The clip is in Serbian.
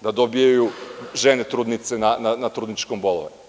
dobijaju žene trudnice na trudničkom bolovanju.